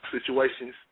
situations